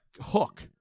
hook